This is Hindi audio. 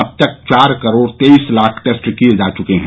अब तक चार करोड तेईस लाख टेस्ट किए जा चुके हैं